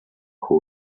who